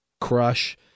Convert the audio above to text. crush